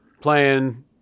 playing